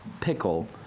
pickle